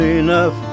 enough